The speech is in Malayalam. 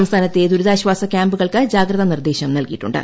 സംസ്ഥാനത്തെ ദുരിതാശ്വാസ ക്യാമ്പകുൾക്ക് ജാഗ്രത നിർദ്ദേശം നൽകിയിട്ടണ്ട്